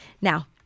Now